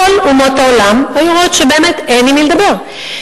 כל אומות העולם היו רואות שבאמת אין עם מי לדבר.